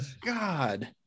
god